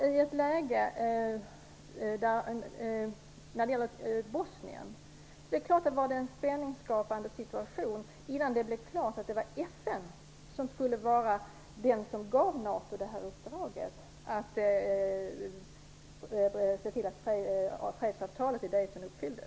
I ett läge som det som gällde i Bosnien är det klart att det var fråga om en spänningsskapande situation innan det blev klart att FN skulle vara den organisation som gav NATO uppdraget att se till att fredsavtalet uppfylldes.